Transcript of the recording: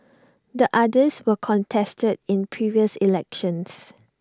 the others were contested in previous elections